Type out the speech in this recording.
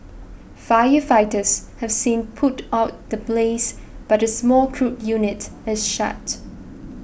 firefighters have since put out the blaze but the small crude unit is shut